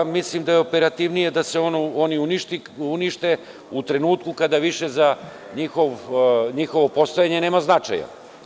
Mislim da je operativnije da se oni unište u trenutku kada više za njihovo postojanje nema značaja.